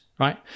Right